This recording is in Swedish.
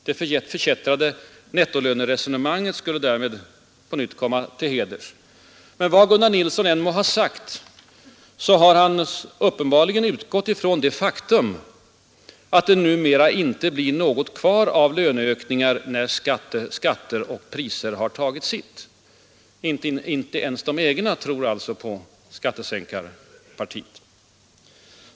Det förkättrade nettolöneresonemanget skulle därmed på nytt komma till heders. Men vad Gunnar Nilsson än må ha sagt har han uppenbarligen utgått ifrån det faktum att det numera inte blir något kvar av löneökningar när skatter och priser har tagit sitt. Inte ens de egna tror alltså på ”skattesänkarpartiet”.